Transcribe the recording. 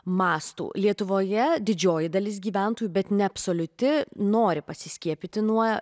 mastų lietuvoje didžioji dalis gyventojų bet ne absoliuti nori pasiskiepyti nuo